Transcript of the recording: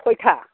खयथा